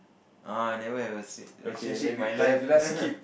ah I never ever had a sw~ relationship in my life